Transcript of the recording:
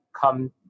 come